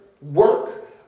work